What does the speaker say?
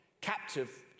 captive